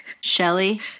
Shelly